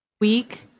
week